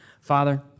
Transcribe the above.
Father